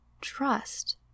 trust